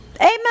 Amen